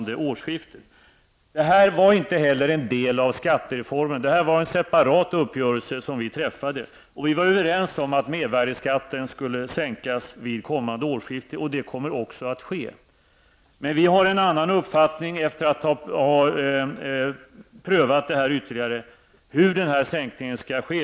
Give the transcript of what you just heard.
Detta var inte heller en del av skattereformen, utan en separat uppgörelse som vi träffade. Vi var överens om att mervärdeskatten skulle sänkas vid kommande årsskifte, och så kommer också att ske. Men efter ytterligare prövning har vi en annan uppfattning om hur denna sänkning skall ske.